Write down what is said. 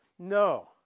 No